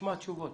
נשמע תשובות.